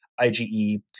IgE